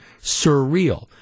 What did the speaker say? surreal